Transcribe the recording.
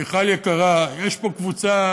מיכל יקרה, יש פה קבוצה